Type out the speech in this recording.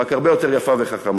רק הרבה יותר יפה וחכמה.